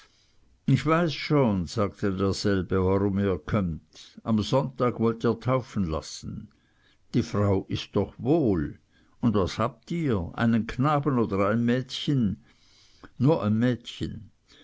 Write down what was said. ich weiß schon sagte derselbe warum ihr kömmt am sonntag wollt ihr taufen lassen die frau ist doch wohl und was habt ihr einen knaben oder ein mädchen nur ein mädchen